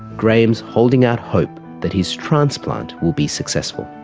graham is holding out hope that his transplant will be successful.